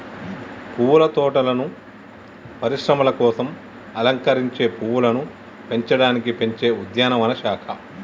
పువ్వుల తోటలను పరిశ్రమల కోసం అలంకరించే పువ్వులను పెంచడానికి పెంచే ఉద్యానవన శాఖ